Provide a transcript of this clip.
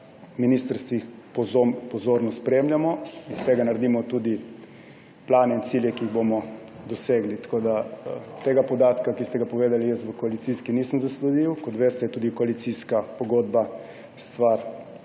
ministrstvih pozorno spremljamo in iz tega naredimo tudi plane in cilje, ki jih bomo dosegli. Tega podatka, ki ste ga povedali, jaz v koalicijski pogodbi nisem zasledil. Kot veste, je tudi koalicijska pogodba stvar